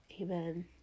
amen